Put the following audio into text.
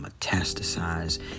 metastasize